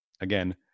again